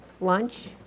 lunch